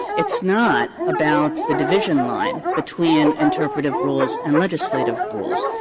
it's not about the division line between interpretative rules and legislative rules.